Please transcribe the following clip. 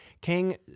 king